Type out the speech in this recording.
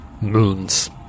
Moons